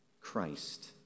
Christ